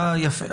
אה, יפה.